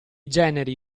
generi